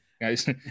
guys